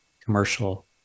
commercial